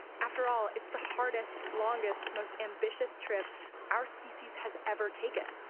after all, it's the hardest, longest, most ambitious trip our species has ever taken.